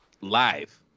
live